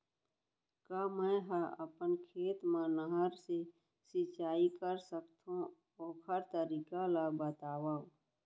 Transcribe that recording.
का मै ह अपन खेत मा नहर से सिंचाई कर सकथो, ओखर तरीका ला बतावव?